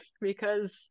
because-